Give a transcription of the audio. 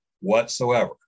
whatsoever